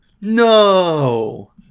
no